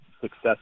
success